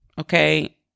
Okay